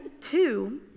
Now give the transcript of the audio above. two